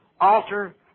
alter